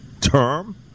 term